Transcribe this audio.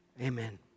Amen